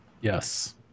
yes